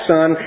Son